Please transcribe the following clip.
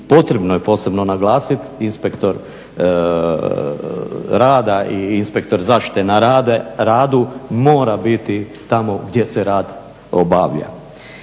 potrebno je posebno naglasiti inspektor rada i inspektor zaštite na radu mora biti tamo gdje se rad obavlja.